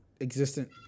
existent